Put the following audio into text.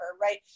Right